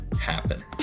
happen